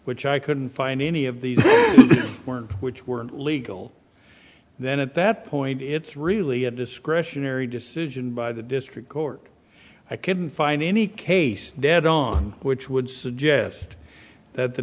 which i couldn't find any of the words which were legal then at that point it's really a discretionary decision by the district court i couldn't find any case dead on which would suggest that the